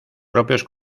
propios